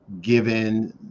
given